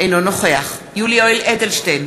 אינו נוכח יולי יואל אדלשטיין,